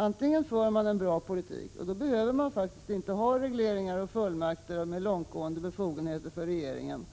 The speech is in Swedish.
Antingen för man en bra politik, och då behöver man faktiskt inte ha regleringar och fullmakter med långtgående befogenheter för regeringen